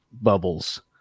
bubbles